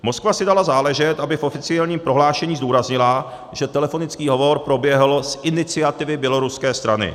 Moskva si dala záležet, aby v oficiálním prohlášení zdůraznila, že telefonický hovor proběhl z iniciativy běloruské strany.